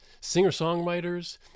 singer-songwriters